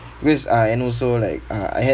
because uh and also like uh I had